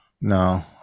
no